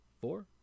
four